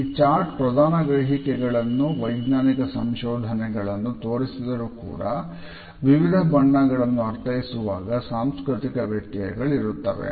ಈ ಚಾರ್ಟ್ ಪ್ರಧಾನ ಗ್ರಹಿಕೆಗಳನ್ನು ವೈಜ್ಞಾನಿಕ ಸಂಶೋಧನೆಗಳನ್ನು ತೋರಿಸಿದರು ಕೂಡ ವಿವಿಧ ಬಣ್ಣಗಳನ್ನು ಅರ್ಥೈಸುವಾಗ ಸಾಂಸ್ಕೃತಿಕ ವ್ಯತ್ಯಯಗಳಿರುತ್ತವೆ